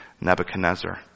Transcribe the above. Nebuchadnezzar